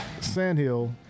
sandhill